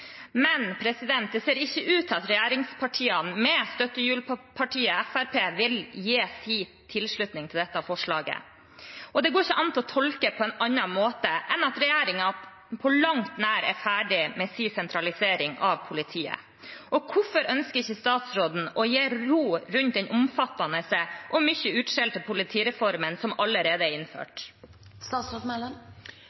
Men det ser ikke ut til at regjeringspartiene med støttehjulpartiet Fremskrittspartiet vil gi sin tilslutning til dette forslaget, og det går ikke an å tolke det på noen annen måte enn at regjeringen på langt nær er ferdig med sin sentralisering av politiet. Hvorfor ønsker ikke statsråden å gi ro rundt den omfattende og mye utskjelte politireformen som allerede er